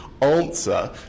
answer